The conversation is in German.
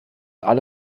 alle